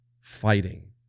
fighting